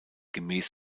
gemäß